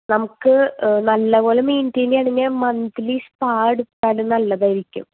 നമുക്ക് നല്ല പോലെ മെയിൻടൈയ് ചെയ്യാണെങ്കിൽ മന്ത്ലി സ്പാ എടുത്താൽ നല്ലതായിരിക്കും